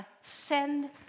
send